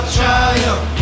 triumph